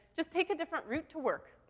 just take a different route to work.